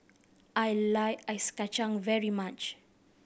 I like ice kacang very much